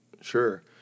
Sure